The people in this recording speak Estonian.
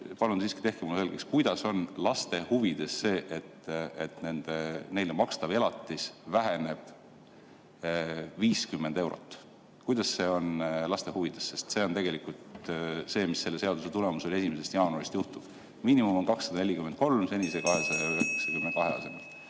palun tehke mulle selgeks, kuidas on laste huvides see, et neile makstav elatis väheneb 50 eurot. Kuidas see on laste huvides? Aga see on tegelikult see, mis selle seaduse tulemusel 1. jaanuarist juhtub. Miinimum on 243 senise 292 asemel.